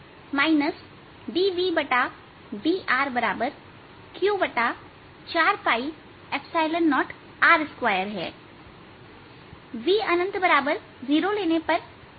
इसलिए rRके लिए मेरे पास dVdrQ40r2है V0 लेने पर इसका समाकलन करना आसान है